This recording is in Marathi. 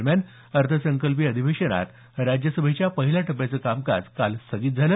दरम्यान अर्थसंकल्पीय अधिवेशनात राज्यसभेच्या पहिल्या टप्प्याचं कामकाज काल स्थगित झालं